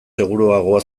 seguruagoa